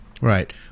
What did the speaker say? Right